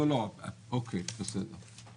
אוקיי, בסדר.